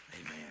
Amen